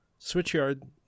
Switchyard